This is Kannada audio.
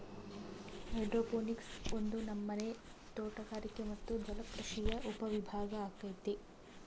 ಹೈಡ್ರೋಪೋನಿಕ್ಸ್ ಒಂದು ನಮನೆ ತೋಟಗಾರಿಕೆ ಮತ್ತೆ ಜಲಕೃಷಿಯ ಉಪವಿಭಾಗ ಅಗೈತೆ